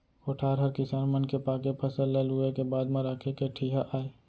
कोठार हर किसान मन के पाके फसल ल लूए के बाद म राखे के ठिहा आय